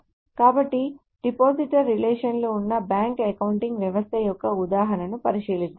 కాబట్టి depositor relation లు ఉన్న బ్యాంక్ అకౌంటింగ్ వ్యవస్థ యొక్క ఉదాహరణను పరిశీలిద్దాం